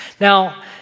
Now